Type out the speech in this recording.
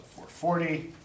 440